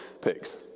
pigs